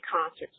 concerts